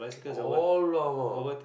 !alamak!